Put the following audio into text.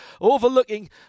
overlooking